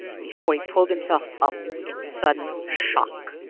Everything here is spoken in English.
before he pulled himself up, in sudden shock.